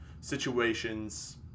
Situations